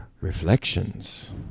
Reflections